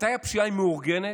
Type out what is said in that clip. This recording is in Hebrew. מתי הפשיעה היא מאורגנת?